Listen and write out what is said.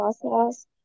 process